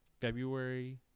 February